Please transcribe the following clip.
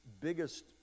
biggest